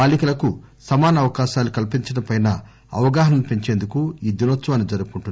బాలికలకు సమాన అవకాశాలు కల్పించడంపై అవగాహనను పెంచేందుకు ఈ దినోత్సవాన్ని జరుపుకుంటున్నారు